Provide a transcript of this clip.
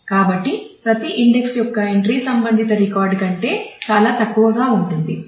కాబట్టి ప్రతి ఇండెక్స్ యొక్క ఎంట్రీ సంబంధిత రికార్డు కంటే చాలా తక్కువగా ఉంటుంది